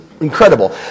incredible